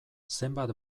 zenbat